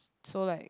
so like